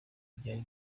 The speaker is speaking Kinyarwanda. byari